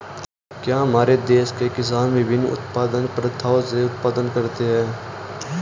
क्या हमारे देश के किसान विभिन्न उत्पादन प्रथाओ से उत्पादन करते हैं?